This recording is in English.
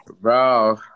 Bro